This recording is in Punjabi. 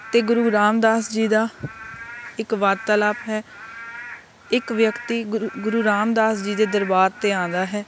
ਅਤੇ ਗੁਰੂ ਰਾਮਦਾਸ ਜੀ ਦਾ ਇੱਕ ਵਾਰਤਾਲਾਪ ਹੈ ਇੱਕ ਵਿਅਕਤੀ ਗੁਰੂ ਗੁਰੂ ਰਾਮਦਾਸ ਜੀ ਦੇ ਦਰਬਾਰ 'ਤੇ ਆਉਂਦਾ ਹੈ